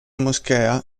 moschea